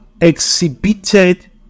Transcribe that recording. exhibited